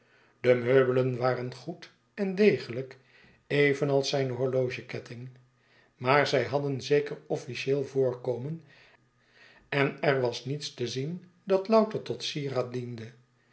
de meubelen waren goed en degelijk evenals zijn horlogeketting maar zij hadden zeker officieel voorkomen en er was niets te zien dat louter tot sieraad diende